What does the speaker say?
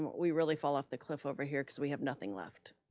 we really fall off the cliff over here cause we have nothing left